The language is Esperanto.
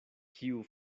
kiu